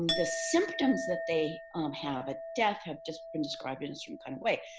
the symptoms that they have at death have just been described in a certain kind of way.